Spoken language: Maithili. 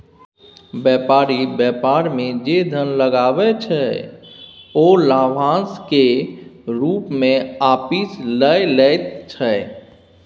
बेपारी बेपार मे जे धन लगबै छै ओ लाभाशं केर रुप मे आपिस लए लैत छै